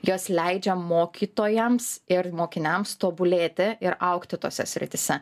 jos leidžia mokytojams ir mokiniams tobulėti ir augti tose srityse